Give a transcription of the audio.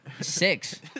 Six